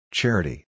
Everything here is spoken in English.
Charity